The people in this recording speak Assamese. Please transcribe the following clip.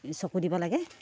চকু দিব লাগে